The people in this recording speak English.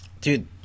Dude